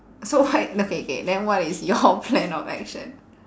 so what okay K then what is your plan of action